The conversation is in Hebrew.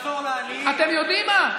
אתם יודעים מה?